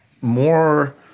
more